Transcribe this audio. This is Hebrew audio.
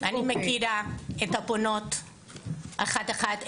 אני מכירה את הפונות אחת אחת,